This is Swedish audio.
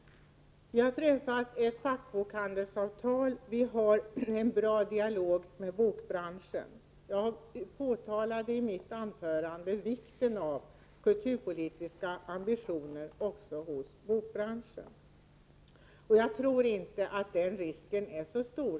Men vi har träffat ett fackbokhandelsavtal, och vi har en bra dialog med bokbranschen. I mitt anförande framhöll jag vikten av kulturpolitiska ambitioner också hos bokbranschen. Jag tror därför inte att den omnämnda risken är så stor.